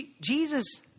Jesus